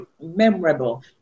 memorable